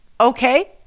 Okay